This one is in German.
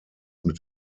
mit